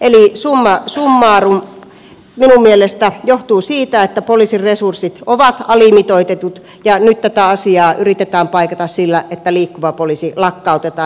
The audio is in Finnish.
eli summa summarum minun mielestä se johtuu siitä että poliisin resurssit ovat alimitoitetut ja nyt tätä asiaa yritetään paikata sillä että liikkuva poliisi lakkautetaan